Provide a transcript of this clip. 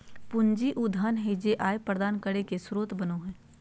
पूंजी उ धन हइ जे आय प्रदान करे के स्रोत बनो हइ